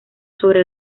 sobre